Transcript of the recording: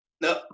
No